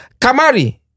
Kamari